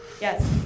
Yes